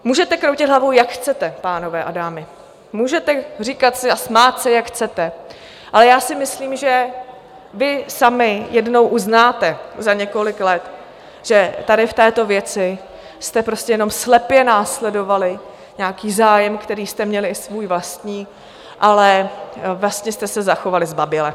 Můžete kroutit hlavou, jak chcete, pánové a dámy, můžete říkat si a smát se, jak chcete, ale já si myslím, že vy sami jednou uznáte za několik let, že tady v této věci jste prostě jenom slepě následovali nějaký zájem, který jste měli, i svůj vlastní, ale vlastně jste se zachovali zbaběle.